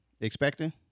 expecting